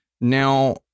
now